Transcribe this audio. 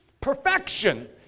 perfection